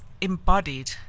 embodied